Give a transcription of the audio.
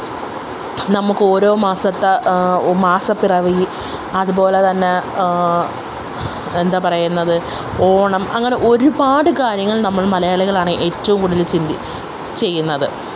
നമുക്ക് ഓരോ മാസത്തെ മാസപ്പിറവി അതുപോലെ തന്നെ എന്താ പറയുന്നത് ഓണം അങ്ങനെ ഒരുപാട് കാര്യങ്ങൾ നമ്മള് മലയാളികളാണ് ഏറ്റോം കൂടുതൽ ചിന്തിക്ക ചെയ്യുന്നത്